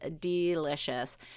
delicious